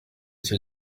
icyo